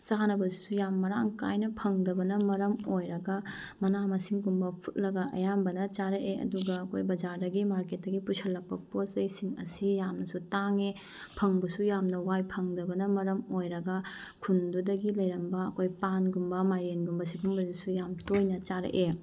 ꯆꯥꯅꯕꯁꯤꯁꯨ ꯌꯥꯝ ꯃꯔꯥꯡ ꯀꯥꯏꯅ ꯐꯪꯗꯕꯅ ꯃꯔꯝ ꯑꯣꯏꯔꯒ ꯃꯅꯥ ꯃꯁꯤꯡꯒꯨꯝꯕ ꯐꯨꯠꯂꯒ ꯑꯌꯥꯝꯕꯅ ꯆꯥꯔꯛꯑꯦ ꯑꯗꯨꯒ ꯑꯩꯈꯣꯏ ꯕꯖꯥꯔꯗꯒꯤ ꯃꯥꯔꯀꯦꯠꯇꯒꯤ ꯄꯨꯁꯤꯜꯂꯛꯄ ꯄꯣꯠ ꯆꯩꯁꯤꯡ ꯑꯁꯤ ꯌꯥꯝꯅꯁꯨ ꯇꯥꯡꯉꯦ ꯐꯪꯕꯁꯨ ꯌꯥꯝꯅ ꯋꯥꯏ ꯐꯗꯕꯅ ꯃꯔꯝ ꯑꯣꯏꯔꯒ ꯈꯨꯟꯗꯨꯗꯒꯤ ꯂꯩꯔꯝꯕ ꯑꯩꯈꯣꯏ ꯄꯥꯟꯒꯨꯝꯕ ꯃꯥꯏꯔꯦꯟꯒꯨꯝꯕ ꯁꯤꯒꯨꯝꯕꯁꯤꯁꯨ ꯌꯥꯝ ꯇꯣꯏꯅ ꯆꯥꯔꯛꯑꯦ